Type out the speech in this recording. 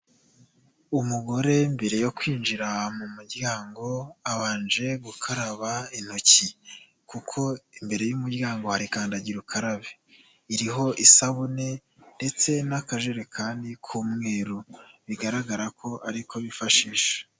Umugore mbere yokwinjira mumu ry,ango abanje gukaraba intoki kuko imbere y,umuryango hari kandagira ukarabe iriho isabune ndetse na kajerekani kumweru bigaragare koariko bifashisha.